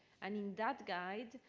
and in that guide,